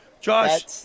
Josh